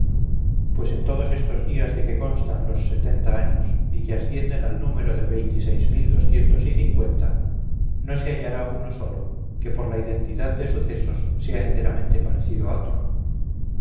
pues en todos estos días de que constan los setenta años y que ascienden al número de veintiséis mil doscientos y cincuenta no se hallará uno solo que por la identidad de sucesos sea enteramente parecido a otro